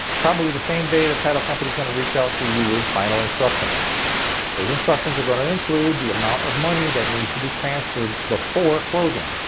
probably the same day the title company's gonna reach out to you with final instructions those instructions are going to include the amount of money that needs to be transferred before closing.